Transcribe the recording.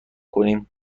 کنیم